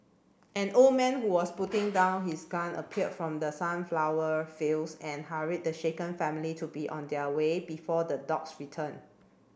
an old man who was putting down his gun appeared from the sunflower fields and hurried the shaken family to be on their way before the dogs return